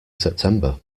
september